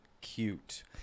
cute